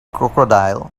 crocodile